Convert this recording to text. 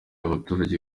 abaturage